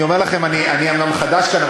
אני אומר לכם: אני אומנם חדש כאן,